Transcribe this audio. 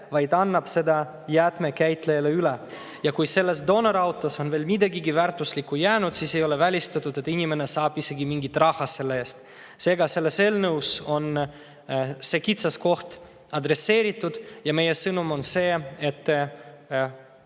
vaid annab selle jäätmekäitlejale üle. Ja kui sellesse doonorautosse on jäänud veel midagigi väärtuslikku, siis ei ole välistatud, et inimene saab isegi mingit raha selle eest. Seega, selles eelnõus on see kitsaskoht adresseeritud ja meie sõnum on see, et